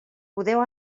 podeu